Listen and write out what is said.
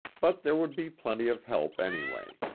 but there would be plenty of help anyway.